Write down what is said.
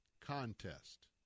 contest